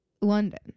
London